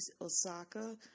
Osaka